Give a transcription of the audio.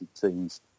teams